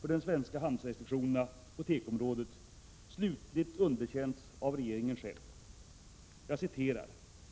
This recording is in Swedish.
för de svenska handelsrestriktionerna på tekoområdet har slutligt underkänts av regeringen själv.